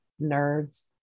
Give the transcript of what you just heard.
nerds